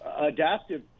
Adaptive